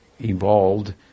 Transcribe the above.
evolved